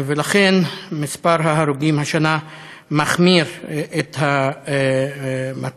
לכן מספר ההרוגים השנה מחמיר את המצב.